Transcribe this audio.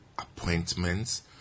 appointments